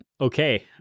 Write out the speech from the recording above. okay